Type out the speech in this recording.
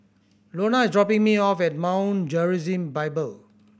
Lonna is dropping me off at Mount Gerizim Bible